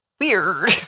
Weird